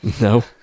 No